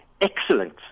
excellent